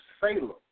Salem